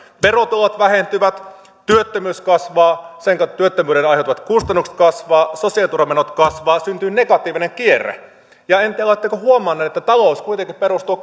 verotulot vähentyvät työttömyys kasvaa sekä työttömyyden aiheuttamat kustannukset kasvavat sosiaaliturvamenot kasvavat syntyy negatiivinen kierre en tiedä oletteko huomannut että talous kuitenkin perustuu